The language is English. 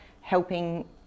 helping